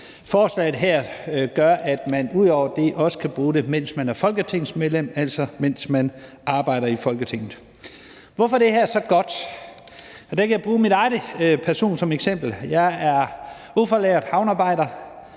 Forslaget her gør, at man ud over det også kan bruge den, mens man er folketingsmedlem, altså mens man arbejder i Folketinget. Hvorfor er det her så godt? Der kan jeg bruge min egen person som eksempel. Jeg er ufaglært havnearbejder.